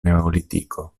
neolitiko